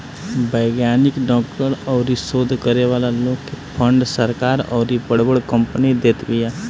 वैज्ञानिक, डॉक्टर अउरी शोध करे वाला लोग के फंड सरकार अउरी बड़ बड़ कंपनी देत बिया